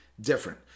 different